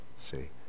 See